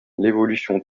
l’évolution